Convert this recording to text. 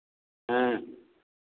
हाँ